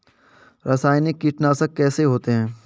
रासायनिक कीटनाशक कैसे होते हैं?